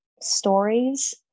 Stories